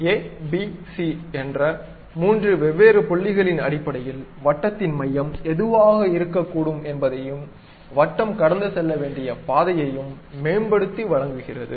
a b c என்ற மூன்று வெவ்வேறு புள்ளிகளின் அடிப்படையில் வட்டத்தின் மையம் எதுவாக இருக்க கூடும் என்பதையும் வட்டம் கடந்து செல்ல வேண்டிய பாதையயும் மேம்படுத்தி வழங்குகிறது